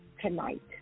tonight